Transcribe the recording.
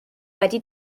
wedi